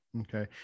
Okay